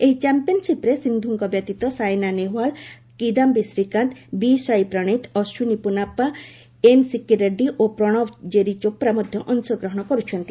ଏହି ଚାମ୍ପିୟନ୍ସିପ୍ରେ ସିନ୍ଧୁଙ୍କ ବ୍ୟତୀତ ସାଇନା ନେହୱାଲ୍ କିଦାୟୀ ଶ୍ରୀକାନ୍ତ ବି ସାଇ ପ୍ରଣୀତ୍ ଅଶ୍ୱିନୀ ପୁନାପ୍ୱା ଏନ୍ ସିକି ରେଡ୍ଗୀ ଓ ପ୍ରଣବ ଜେରି ଚୋପ୍ରା ମଧ୍ୟ ଅଂଶଗ୍ରହଣ କରୁଛନ୍ତି